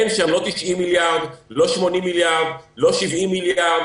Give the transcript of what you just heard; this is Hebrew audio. אין שם לא 90 מיליארד ולא 80 מיליארד ולא 70 מיליארד,